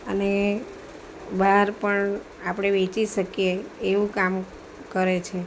અને બહાર પણ આપણે વેચી શકીએ એવું કામ કરે છે